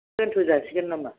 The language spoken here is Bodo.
दोनथ' जासिगोन नामा